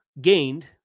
gained